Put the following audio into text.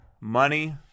money